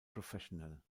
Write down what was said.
professional